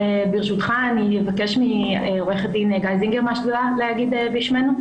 ברשותך אני אבקש מעורכת דין גלי זינגר מהשדולה להגיד בשמנו.